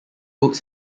books